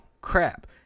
crap